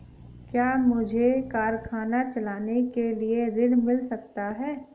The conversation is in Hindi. क्या मुझे कारखाना चलाने के लिए ऋण मिल सकता है?